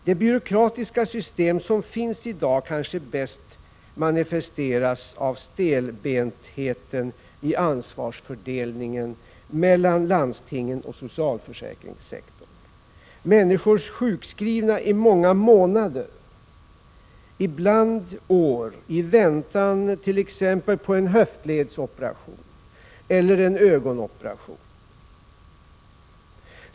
De byråkratiska system som finns i dag kanske bäst manifesteras av stelbentheten i ansvarsfördelningen mellan landstingen och socialförsäkringssektorn. Människor går sjukskrivna i många månader, ibland år, i väntan t.ex. på en höftledsoperation eller en ögonoperation.